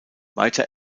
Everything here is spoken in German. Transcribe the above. weiter